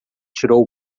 tirou